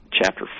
chapter